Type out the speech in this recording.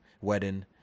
wedding